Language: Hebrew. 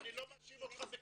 אני לא מאשים אותך בכלום.